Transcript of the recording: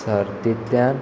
सर्तींतल्यान